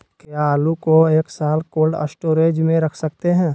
क्या आलू को एक साल कोल्ड स्टोरेज में रख सकते हैं?